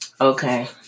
Okay